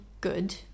good